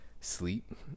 sleep